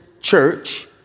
church